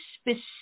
specific